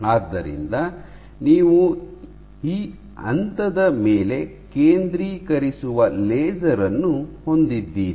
ಆದ್ದರಿಂದ ನೀವು ಈ ಹಂತದ ಮೇಲೆ ಕೇಂದ್ರೀಕರಿಸುವ ಲೇಸರ್ ಅನ್ನು ಹೊಂದಿದ್ದೀರಿ